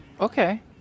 Okay